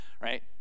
Right